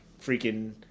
freaking